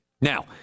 Now